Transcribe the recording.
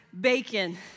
bacon